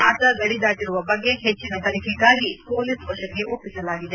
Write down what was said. ಆತ ಗಡಿ ದಾಟಿರುವ ಬಗ್ಗೆ ಹೆಚ್ಚಿನ ತನಿಖೆಗಾಗಿ ಪೊಲೀಸ್ ವಶಕ್ಕೆ ಒಪ್ಪಿಸಲಾಗಿದೆ